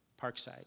Parkside